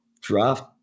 draft